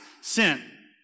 sin